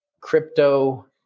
crypto